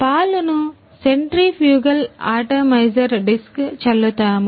పాలును centrifugal atomiser disc చల్లుతాము